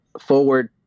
Forward